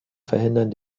verhindern